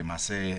למעשה,